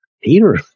Peter